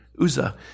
Uzzah